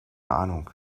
ahnung